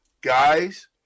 guys